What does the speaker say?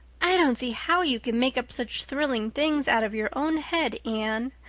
i don't see how you can make up such thrilling things out of your own head, anne.